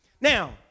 Now